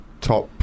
top